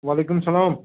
وعلیکُم السَلام